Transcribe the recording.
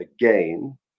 again